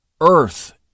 Earth